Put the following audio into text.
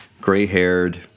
gray-haired